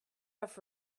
off